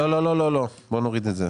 לא, לא, לא, בואו נוריד את זה.